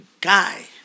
guy